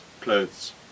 clothes